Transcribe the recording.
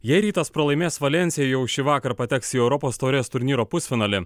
jei rytas pralaimės valensija jau šįvakar pateks į europos taurės turnyro pusfinalį